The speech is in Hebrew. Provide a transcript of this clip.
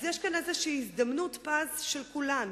אז יש כאן איזו הזדמנות פז של כולנו,